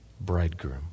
bridegroom